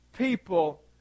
people